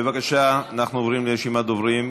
בבקשה, אנחנו עוברים לרשימת דוברים.